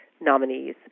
nominees